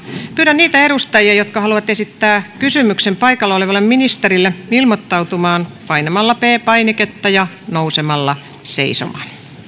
pyydän niitä edustajia jotka haluavat esittää kysymyksen paikalla olevalle ministerille ilmoittautumaan painamalla p painiketta ja nousemalla seisomaan